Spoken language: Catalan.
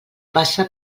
passa